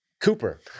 Cooper